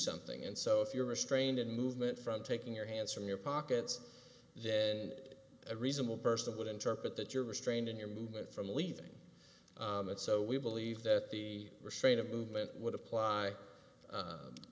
something and so if you're restrained in movement from taking your hands from your pockets then a reasonable person would interpret that you're restrained in your movement from leaving and so we believe that the restraint of movement would apply